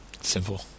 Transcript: simple